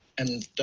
and,